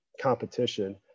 competition